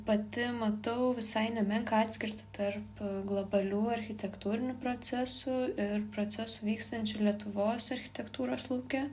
pati matau visai nemenką atskirtį tarp globalių architektūrinių procesų ir procesų vykstančių lietuvos architektūros lauke